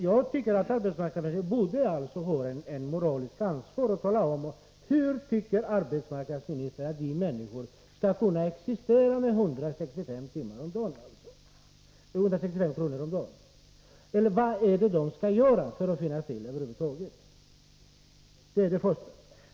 Jag tycker att arbetsmarknadsministern har ett moraliskt ansvar för att tala om hur människor skall kunna existera på 165 kr. om dagen. Vad skall de göra för att finnas till över huvud taget? Det är det första.